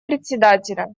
председателя